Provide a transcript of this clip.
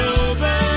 over